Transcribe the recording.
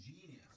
genius